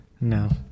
No